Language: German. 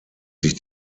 sich